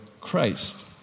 Christ